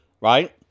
right